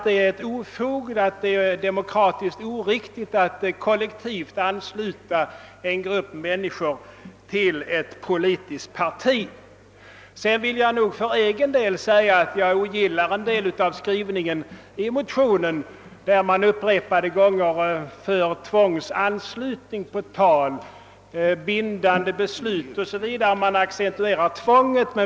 Det är ett ofog och därtill demokratiskt oriktigt att kollektivt ansluta en grupp människor till ett politiskt parti. Men jag vill också säga att jag för egen del ogillar en del av vad som skrivits i motionen, där motionärerna upprepade gånger talar om »tvångsanslutning» och om »bindande beslut» och därmed accentuerar tvånget.